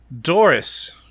Doris